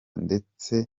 ndetse